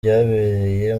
byabereye